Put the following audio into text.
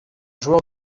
joueur